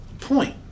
point